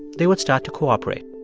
they would start to cooperate